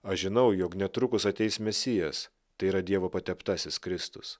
aš žinau jog netrukus ateis mesijas tai yra dievo pateptasis kristus